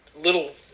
little